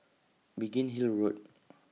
Biggin Hill Road